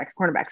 cornerbacks